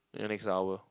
yeah next hour